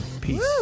Peace